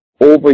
over